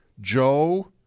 Joe